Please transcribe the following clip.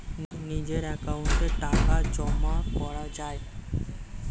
নিজের অ্যাকাউন্টে টাকা জমা করা যায়